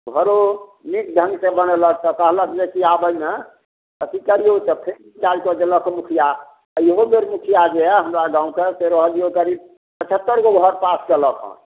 घरो नीक ढङ्ग से बनेलक तऽ कहलक जे कि आब एहिमे अथी करियौ तऽ कऽ देलक ओ मुखिआ इहो बेर मुखिआ जे हइ हमरा गाँवके से रहऽ दियौ करीब पछत्तरिगो घर पास केलक हँ